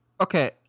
Okay